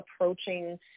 approaching